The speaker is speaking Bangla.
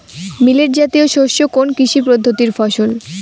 মিলেট জাতীয় শস্য কোন কৃষি পদ্ধতির ফসল?